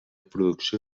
producció